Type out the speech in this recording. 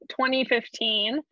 2015